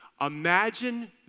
Imagine